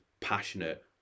passionate